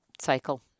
cycle